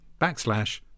backslash